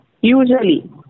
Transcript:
usually